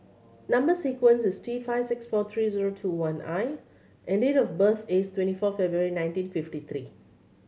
number sequence is T five six four three zero two one I and date of birth is twenty four February nineteen fifty three